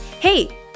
Hey